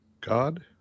god